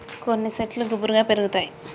కొన్ని శెట్లు గుబురుగా పెరుగుతాయి